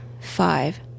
five